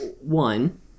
one